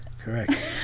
Correct